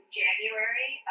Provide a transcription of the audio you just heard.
january